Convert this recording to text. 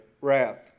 wrath